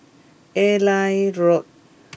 Airline Road